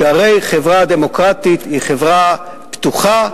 שהרי חברה דמוקרטית היא חברה פתוחה,